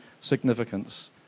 significance